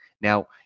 Now